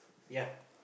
yeah